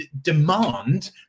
demand